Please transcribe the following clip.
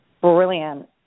brilliant